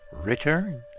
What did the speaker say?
return